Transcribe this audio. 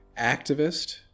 activist